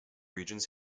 regions